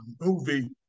movie